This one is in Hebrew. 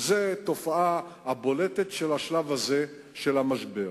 וזאת התופעה הבולטת של השלב הזה של המשבר.